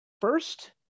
first